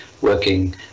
working